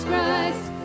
Christ